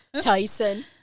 Tyson